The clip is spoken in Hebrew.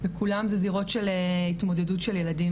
וכולם זה זירות של התמודדות של ילדים,